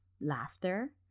laughter